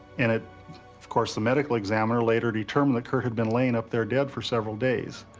and ah of course, the medical examiner later determined that kurt had been laying up there dead for several days.